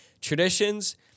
Traditions